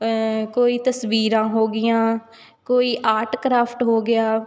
ਕੋਈ ਤਸਵੀਰਾਂ ਹੋਗੀਆਂ ਕੋਈ ਆਰਟ ਕ੍ਰਾਫਟ ਹੋ ਗਿਆ